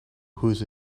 whose